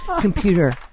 Computer